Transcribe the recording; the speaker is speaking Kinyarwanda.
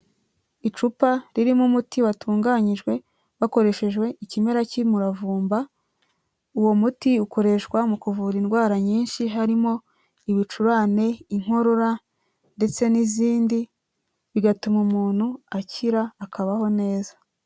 Icupa ririmo umuti watunganyijwe hakoreshejwe ikimera cy'umuravumba, uwo muti ukoreshwa mu kuvura indwara nyinshi harimo ibicurane inkorora ndetse n'izindi, bigatuma umuntu akira akabaho neza.